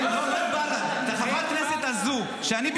כן,